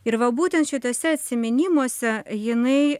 ir va būtent šituose atsiminimuose jinai